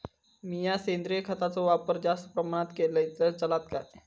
मीया सेंद्रिय खताचो वापर जास्त प्रमाणात केलय तर चलात काय?